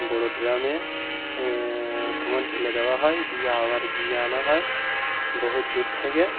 বড়ো ড্রামে তোমার ঢেলে দেওয়া হয় দিয়ে আবার গিয়ে আনা হয় বহুত দূর থেকে